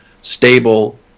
stable